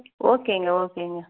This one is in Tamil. ஓகேங்க ஓகேங்க